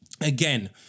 again